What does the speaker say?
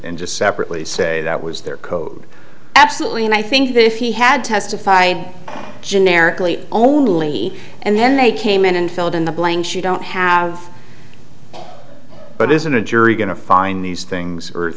just separately say that was their code absolutely and i think if he had testified generically only and then they came in and filled in the blanks you don't have but isn't a jury going to find these things or